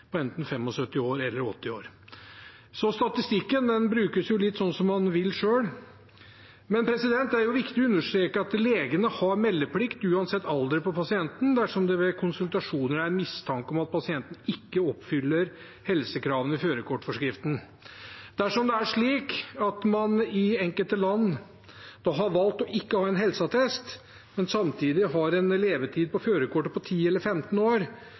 enten ved 75 eller 80 år. Så statistikken brukes litt sånn som man selv vil. Men det er viktig å understreke at legene har meldeplikt uansett alder på pasienten dersom det ved konsultasjoner er mistanke om at pasienten ikke oppfyller helsekravene i førerkortforskriften. Dersom det er slik at man i enkelte land har valgt ikke å ha en helseattest, men samtidig har en levetid på førerkortet på 10 eller 15 år,